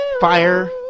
Fire